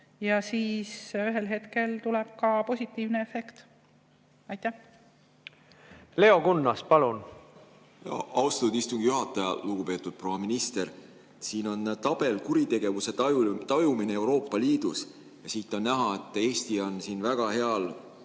ja siis ühel hetkel tuleb ka positiivne efekt. Leo Kunnas, palun! Leo Kunnas, palun! Austatud istungi juhataja! Lugupeetud proua minister! Siin on tabel "Kuritegevuse tajumine Euroopa Liidus". Siit on näha, et Eesti on väga heal